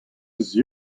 eus